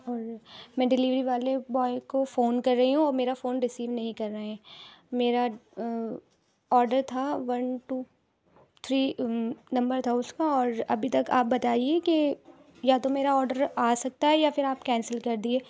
اور میں ڈلیوری والے بوائے کو فون کر رہی ہوں وہ میرا فون ریسیو نہیں کر رہے ہیں میرا آڈر تھا ون ٹو تھری نمبر تھا اس کا اور ابھی تک آپ بتائیے کہ یا تو میرا آڈر آ سکتا ہے یا پھر آپ کیسنل کر دیئے